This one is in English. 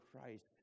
Christ